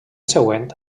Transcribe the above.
següent